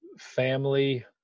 family